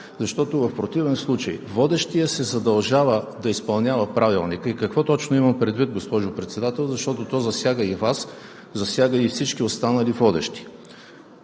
защото в противен случай водещият се задължава да изпълнява Правилника. Какво точно имам предвид, госпожо Председател, защото то засяга и Вас, засяга и всички останали водещи?